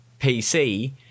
pc